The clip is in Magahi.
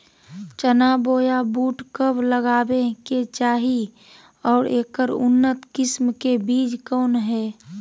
चना बोया बुट कब लगावे के चाही और ऐकर उन्नत किस्म के बिज कौन है?